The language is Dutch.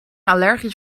allergisch